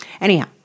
anyhow